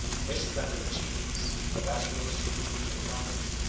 his splendid achievements, the bashaws whom he encountered,